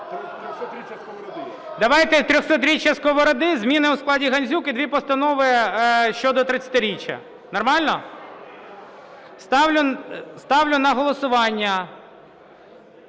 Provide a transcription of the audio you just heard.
Давайте: 300-річчя Сковороди, зміни у складі Гандзюк і дві постанови щодо 30-річчя. Нормально? Ставлю на голосування